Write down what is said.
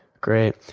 great